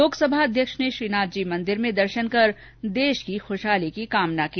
लोकसभा अध्यक्ष ने श्रीनाथ जी मंदिर में दर्शन कर देश की ख्शहाली की कामना की